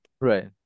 Right